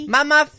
Mama